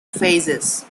phases